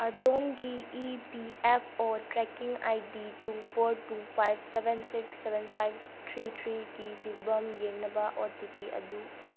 ꯑꯗꯣꯝꯒꯤ E P F O tracking I D two four two five seven six seven five three ꯊ꯭ꯔꯤꯒꯤ ꯐꯤꯚꯝ ꯌꯦꯡꯅꯕ O T P ꯑꯗꯨ